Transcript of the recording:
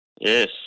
Yes